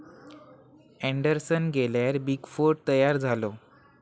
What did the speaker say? Anderson गेल्यार big four तयार झालो